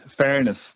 Fairness